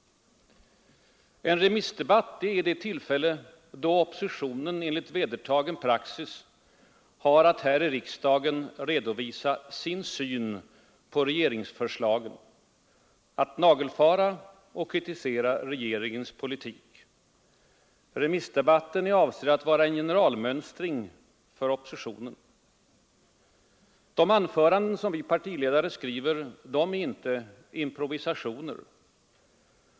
En remissdebatt är det tillfälle då oppositionen enligt vedertagen praxis har att här i riksdagen redovisa sin syn på regeringsförslagen, att nagelfara och kritisera regeringens politik. Remissdebatten är avsedd att vara en generalmönstring för Nr 14 oppositionen, De anföranden som vi partiledare skriver är inte några Onsdagen den improvisationer.